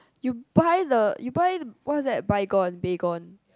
you buy the you buy what was that buy gone baygone